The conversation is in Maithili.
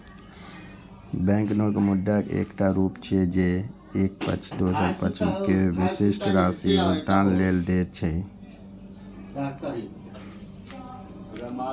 बैंकनोट मुद्राक एकटा रूप छियै, जे एक पक्ष दोसर पक्ष कें विशिष्ट राशि भुगतान लेल दै छै